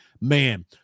man